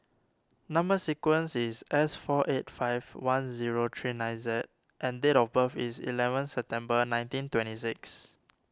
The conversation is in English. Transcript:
Number Sequence is S four eight five one zero three nine Z and date of birth is eleven September nineteen twenty six